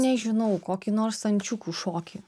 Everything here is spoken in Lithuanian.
nežinau kokį nors ančiukų šokį